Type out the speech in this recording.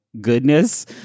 goodness